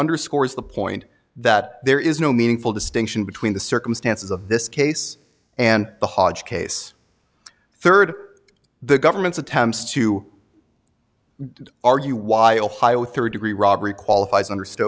underscores the point that there is no meaningful distinction between the circumstances of this case and the hard case third the government's attempts to argue why ohio third degree robbery qualifies under sto